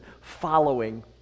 following